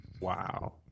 wow